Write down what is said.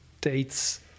dates